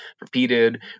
repeated